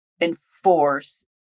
enforce